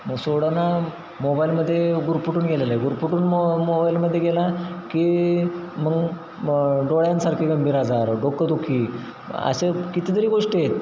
मग सोडेना मोबाईलमध्ये गुरफटून गेलेला आहे गुरफटून मो मोबाईलमध्ये गेला की मग डोळ्यांसारखे गंभीर आजार डोकं दुखी असे कितीतरी गोष्टी आहेत